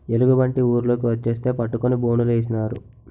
ఎలుగుబంటి ఊర్లోకి వచ్చేస్తే పట్టుకొని బోనులేసినారు